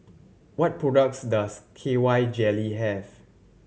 what products does K Y Jelly have